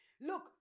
Look